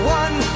one